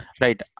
right